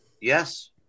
Yes